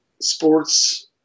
sports